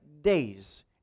days